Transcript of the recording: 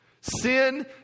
Sin